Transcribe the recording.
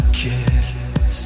kiss